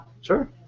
Sure